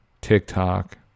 TikTok